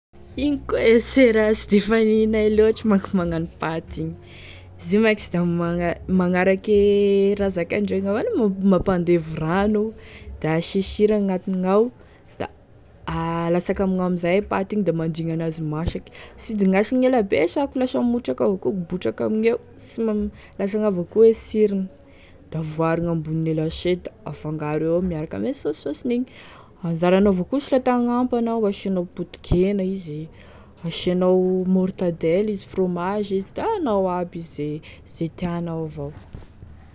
Igny koa e raha sy de faninay loatry manko e magnano pâte igny, izy mein ko sy da magnaraky e magnaraky e raha zakaindreo igny avao, mampandevy rano, da asia sira agnatign'ao da alatsaky amignao amin'izay e pâte igny da mandigny an'azy masaky, sy dignasagny ela be sa ka fa lasa botraky amigneo lasagny avao koa e sirony, da voarigny ambonine lasety da afangaro eo miaraka ame saosisaosiny igny, anzaranao avao koa sha e ta hanampy anao asiagnao potikena izy, asiagnao mortadelle izy, fromage izy da anao aby izy, ze tianao avao.